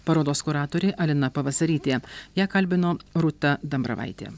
parodos kuratorė alina pavasarytė ją kalbino rūta dambravaitė